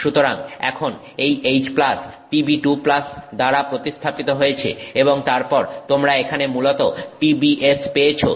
সুতরাং এখন এই H Pb2 দ্বারা প্রতিস্থাপিত হয়েছে এবং তারপর তোমরা এখানে মূলত PbS পেয়েছো